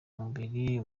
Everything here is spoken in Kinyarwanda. mubiri